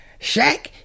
Shaq